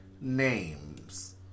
names